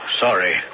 sorry